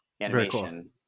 animation